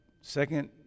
second